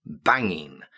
banging